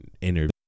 Interview